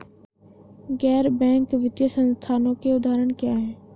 गैर बैंक वित्तीय संस्थानों के उदाहरण क्या हैं?